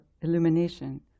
Illumination